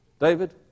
David